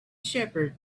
shepherd